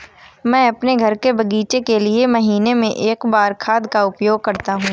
मैं अपने घर के बगीचे के लिए महीने में एक बार खाद का उपयोग करता हूँ